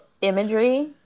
imagery